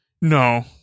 No